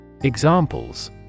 Examples